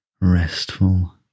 restful